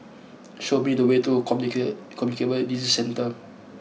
show me the way to Comunicate Communicable Disease Centre